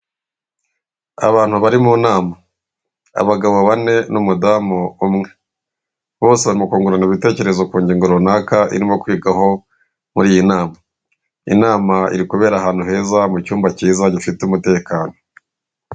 Abantu bari mu nama, abagabo bane n'umudamu umwe, bose barimo kukungurana ibitekerezo ku ngingo runaka irimo kwigagwaho muri iyi nama. Inama iri kubera ahantu heza mu cyumba cyiza gifite umutekano.